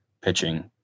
pitching